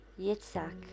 Yitzhak